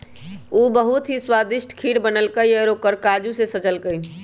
उ बहुत ही स्वादिष्ट खीर बनल कई और ओकरा काजू से सजल कई